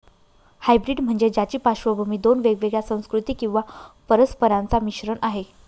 hybrid म्हणजे ज्याची पार्श्वभूमी दोन वेगवेगळ्या संस्कृती किंवा परंपरांचा मिश्रण आहे